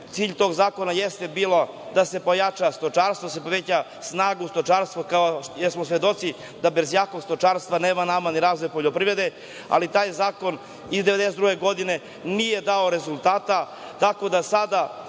cilj tog zakona je bio da se pojača stočarstvo, da se poveća snaga stočarstva. Svedoci smo da bez jakog stočarstva nema nama ni razvoja poljoprivrede. Taj zakon iz 1992. godine nije dao rezultate,